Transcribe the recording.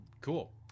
Cool